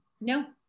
No